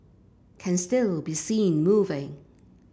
can still be seen moving